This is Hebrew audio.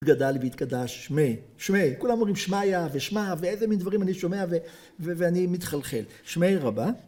יתגדל ויתקדש שמי, שמי, כולם אומרים שמיה ושמה ואיזה מין דברים אני שומע ואני מתחלחל, שמי רבה